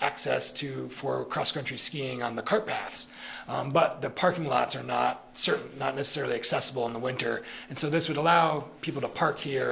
access to for cross country skiing on the car pass but the parking lots are not certain not necessarily accessible in the winter and so this would allow people to park here